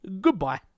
goodbye